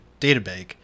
database